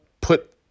Put